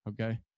Okay